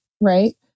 right